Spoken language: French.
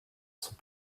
sont